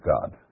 God